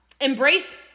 Embrace